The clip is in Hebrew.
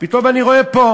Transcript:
פתאום אני רואה פה,